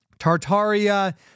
Tartaria